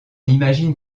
imagine